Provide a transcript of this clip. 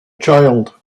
child